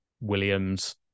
Williams